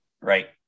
right